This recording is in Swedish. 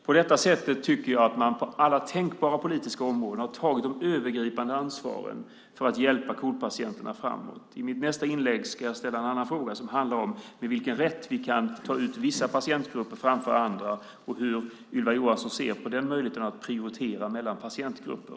På detta sätt tycker jag att man på alla tänkbara politiska områden har tagit ett övergripande ansvar för att hjälpa KOL-patienterna framåt. I nästa inlägg ska jag ställa en fråga som handlar om med vilken rätt vi kan ta ut vissa patientgrupper framför andra och om hur Ylva Johansson ser på den möjligheten att prioritera mellan patientgrupper.